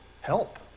help